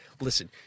listen